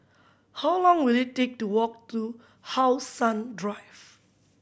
how long will it take to walk to How Sun Drive